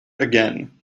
again